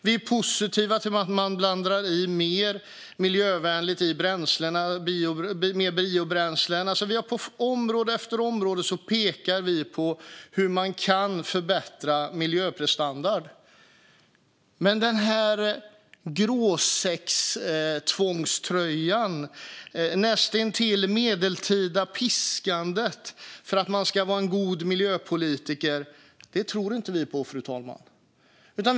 Vi är positiva till att man blandar i mer miljövänligt i bränslena och mer biobränslen. På område efter område pekar vi på hur man kan förbättra miljöprestanda. Men denna gråsäckstvångströja och det nästintill medeltida piskandet för att man ska vara en god miljöpolitiker tror vi inte på, fru talman.